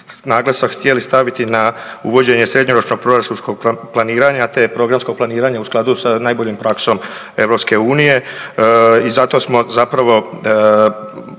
naglasak htjeli staviti na uvođenje srednjoročnog proračunskog planiranja te programsko planiranje u skladu sa najboljom praksom EU. I zato smo zapravo